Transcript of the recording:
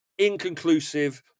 inconclusive